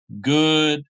good